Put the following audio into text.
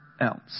else